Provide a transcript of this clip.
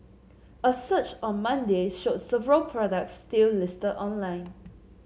a search on Monday showed several products still listed online